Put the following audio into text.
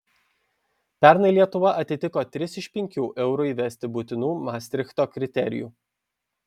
pernai lietuva atitiko tris iš penkių eurui įsivesti būtinų mastrichto kriterijų